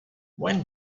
when